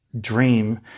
dream